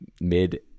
mid